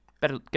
Better